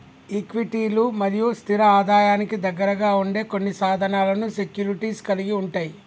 ఈక్విటీలు మరియు స్థిర ఆదాయానికి దగ్గరగా ఉండే కొన్ని సాధనాలను సెక్యూరిటీస్ కలిగి ఉంటయ్